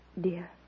Dear